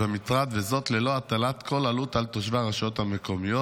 וזאת ללא הטלת כל עלות על תושבי הרשויות המקומיות.